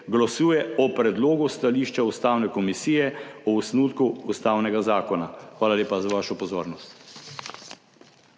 glasuje o predlogu stališča Ustavne komisije o osnutku ustavnega zakona. Hvala lepa za vašo pozornost.